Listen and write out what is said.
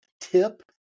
tip